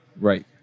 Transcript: Right